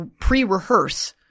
pre-rehearse